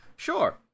Sure